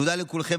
תודה לכולכם.